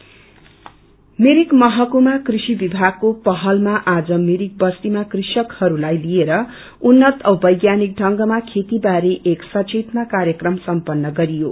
मिरिक मिरिक महकुमा कृषि विभागको पहलमा आज मिरिक बस्तीमा कृषकहरूलाई सिएर उन्नत औ वैज्ञानिक ढंगमा खेती बारे एक सचेतना कार्यक्रम सम्पन्न गरिवो